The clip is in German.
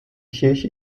kirche